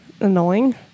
Annoying